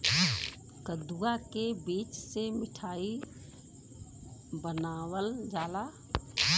कदुआ के बीज से मिठाई बनावल जाला